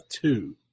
two